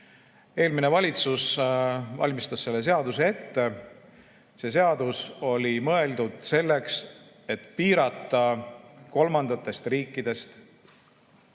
Eelmine valitsus valmistas selle seaduse ette. See seadus oli mõeldud selleks, et piirata kolmandatest riikidest